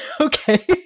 Okay